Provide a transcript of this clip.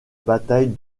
bataille